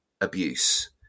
abuse